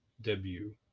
debut